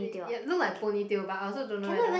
ya look like ponytail but I also don't know whether